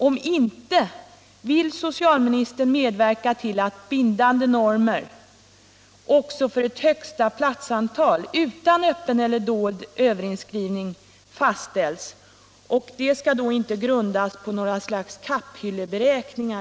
Om inte — vill socialministern medverka till att bindande normer också för ett högsta platsantal, utan öppen eller dold överinskrivning, fastställs? De skall då inte grundas på något slags kapphylleberäkningar.